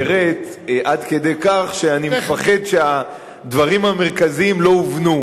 פירט עד כדי כך שאני מפחד שהדברים המרכזיים לא הובנו.